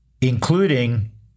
including